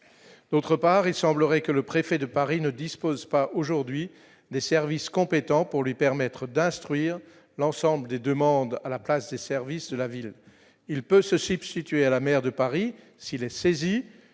d'autre part, il semblerait que le préfet de Paris ne dispose pas aujourd'hui des services compétents pour lui permettre d'instruire l'ensemble des demandes à la place des services de la ville, il peut se substituer à la maire de Paris, s'il est saisi